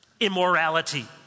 immorality